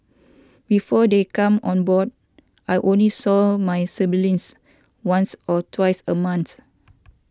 before they came on board I only saw my siblings once or twice a month